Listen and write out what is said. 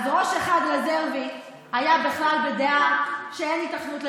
אז ראש אחד רזרבי היה בכלל בדעה שאין היתכנות למלחמה.